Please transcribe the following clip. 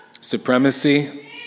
Supremacy